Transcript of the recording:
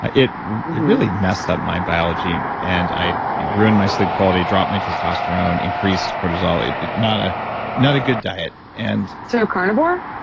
it really messed up my biology and i ruined my sleep quality, dropped my testosterone, increased cortisol, not ah not a good diet and so carnivore?